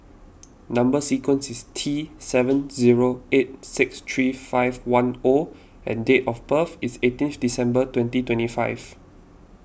Number Sequence is T seven zero eight six three five one O and date of birth is eighteenth December twenty twenty five